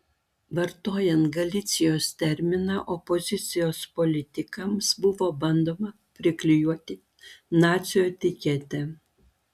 vartojant galicijos terminą opozicijos politikams buvo bandoma priklijuoti nacių etiketę